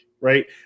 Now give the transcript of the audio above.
Right